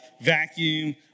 Vacuum